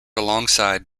alongside